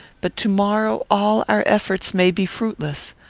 but to-morrow all our efforts may be fruitless.